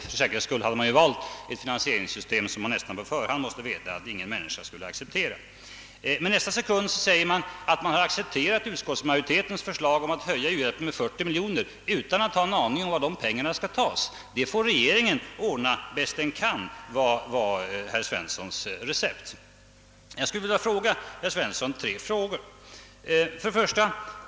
För säkerhets skull hade det valts ett finansieringssystem som man nästan på förhand måste ha förstått att ingen människa skulle kunna acceptera. Nästa sekund säger man att man accepterat utskottsmajoritetens förslag att höja u-hjälpen med 40 miljoner utan att ha en aning om var dessa pengar skall tas. Det får regeringen ordna bäst den kan, var herr Svenssons recept. Jag skulle vilja ställa några frågor till herr Svensson.